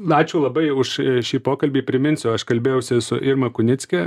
ačiū labai už šį pokalbį priminsiu aš kalbėjausi su irma kunicke